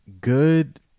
good